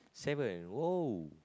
seven !woah!